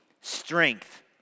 strength